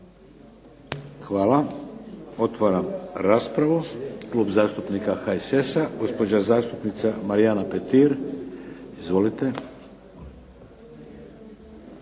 Hvala. Otvaram raspravu. Klub zastupnika HSS-a gospođa zastupnica Marijana Petir. Izvolite.